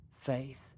faith